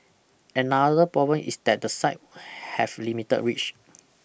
another problem is that the site have limited reach